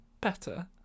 better